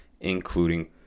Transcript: including